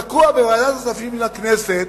תקועה בוועדת הכספים של הכנסת